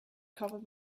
covered